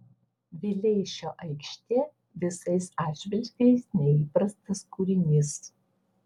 vileišio aikštė visais atžvilgiais neįprastas kūrinys